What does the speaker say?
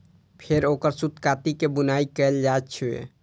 फेर ओकर सूत काटि के बुनाइ कैल जाइ छै